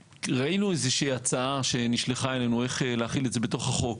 ראינו איזה שהיא הצעה שנשלחה אלינו איך להחיל את זה בתוך החוק.